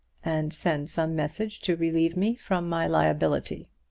and send some message to relieve me from my liability.